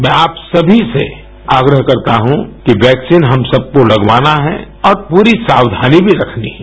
मैं आप सभी से एक बार फ़िर आग्रह करता हूं कि वैक्सीन हम सबको लगवाना है और पूरी सावधानी भी रखनी है